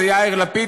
אלה יאיר לפיד,